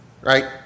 right